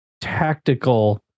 tactical